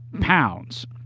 pounds